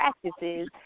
practices